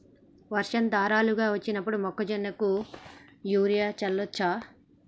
వర్షం ధారలుగా వచ్చినప్పుడు మొక్కజొన్న కు యూరియా చల్లచ్చా?